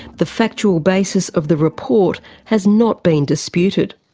the factual basis of the report has not been disputed.